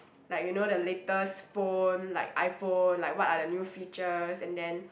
like you know the latest phone like iPhone like what are the new features and then